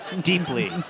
Deeply